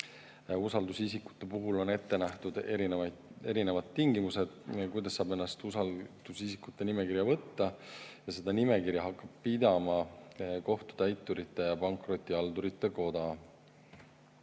usaldusisikute puhul on ette nähtud teatud tingimused, kuidas saab neid usaldusisikute nimekirja võtta, ja seda nimekirja hakkab pidama Kohtutäiturite ja Pankrotihaldurite Koda.